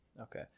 Okay